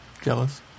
jealous